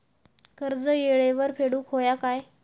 कर्ज येळेवर फेडूक होया काय?